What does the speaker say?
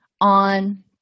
on